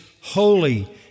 holy